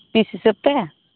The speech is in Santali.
ᱯᱤᱥ ᱦᱤᱥᱟᱹᱵ ᱛᱮ